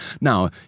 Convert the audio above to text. Now